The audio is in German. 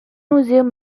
museum